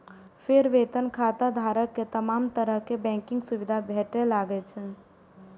फेर वेतन खाताधारक कें तमाम तरहक बैंकिंग सुविधा भेटय लागै छै